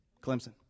Clemson